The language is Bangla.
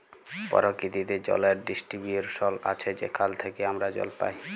পরকিতিতে জলের ডিস্টিরিবশল আছে যেখাল থ্যাইকে আমরা জল পাই